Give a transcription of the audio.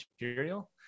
material